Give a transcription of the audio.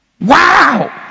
wow